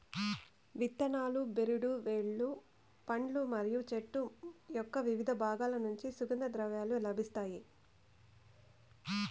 ఇత్తనాలు, బెరడు, వేర్లు, పండ్లు మరియు చెట్టు యొక్కవివిధ బాగాల నుంచి సుగంధ ద్రవ్యాలు లభిస్తాయి